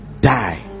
die